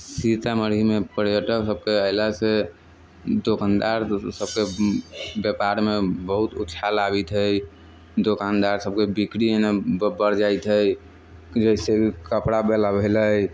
सीतामढ़ीमे पर्यटक सबके अएलासँ दोकानदार सबके व्यापारमे बहुत उछाल आबैत हइ दोकानदार सबके बिक्री हइ ने बढ़ि जाइत हइ जइसे कपड़ावला भेलै